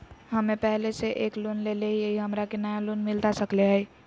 हमे पहले से एक लोन लेले हियई, हमरा के नया लोन मिलता सकले हई?